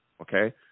Okay